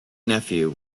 nephew